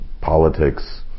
politics